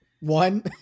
One